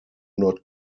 not